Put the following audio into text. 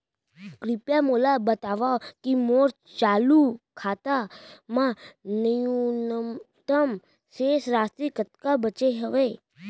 कृपया मोला बतावव की मोर चालू खाता मा न्यूनतम शेष राशि कतका बाचे हवे